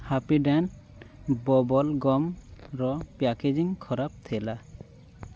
Happydent bubble ଗମ୍ର packaging ଖରାପ ଥିଲା